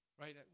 Right